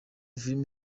film